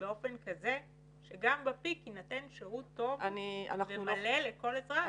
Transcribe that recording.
באופן כזה שגם בפיק יינתן שירות טוב ומלא לכל אזרח.